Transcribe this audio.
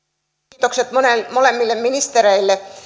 kiitokset molemmille ministereille